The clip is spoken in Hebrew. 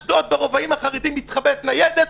למה בכניסה לאשדוד ברובעים החרדיים מתחבאת ניידת,